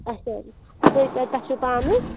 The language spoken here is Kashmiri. اچھا تُہۍ کَتہِ پٮ۪ٹھ چھُو پانہٕ حظ